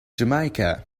jamaica